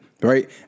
Right